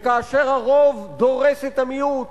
וכאשר הרוב דורס את המיעוט,